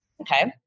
Okay